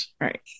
Right